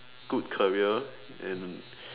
good career and